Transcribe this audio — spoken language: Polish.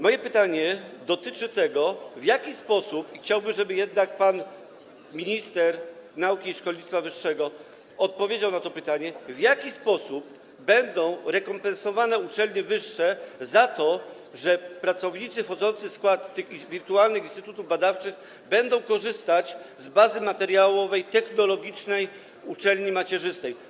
Moje pytanie dotyczy tego - i chciałbym, żeby jednak pan minister nauki i szkolnictwa wyższego odpowiedział na to pytanie - w jaki sposób będzie rekompensowane uczelniom wyższym to, że pracownicy wchodzący w skład tych wirtualnych instytutów badawczych będą korzystać z bazy materiałowej, technologicznej uczelni macierzystej.